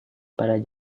pada